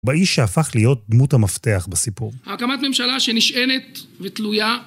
באיש שהפך להיות דמות המפתח בסיפור. הקמת ממשלה שנשענת ותלויה...